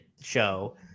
show